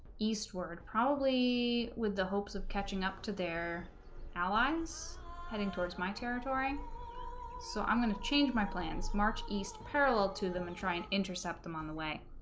eastward probably with the hopes of catching up to their allies heading towards my territory so i'm gonna change my plans march east parallel to them and try and intercept them on the way